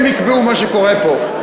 הם יקבעו מה שקורה פה.